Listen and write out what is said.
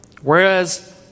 whereas